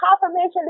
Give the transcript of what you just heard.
confirmation